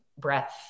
breath